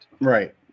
Right